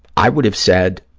i would have said,